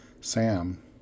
Sam